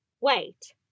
Wait